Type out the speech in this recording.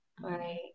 Right